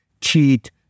cheat